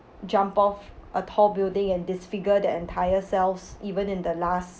jump off a tall building and disfigure their entire selves even in the last